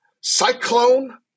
cyclone